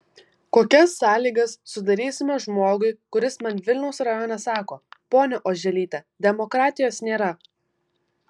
kokias sąlygas sudarysime žmogui kuris man vilniaus rajone sako ponia oželyte demokratijos nėra